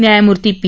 न्यायमूर्ती बी